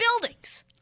buildings